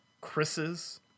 Chris's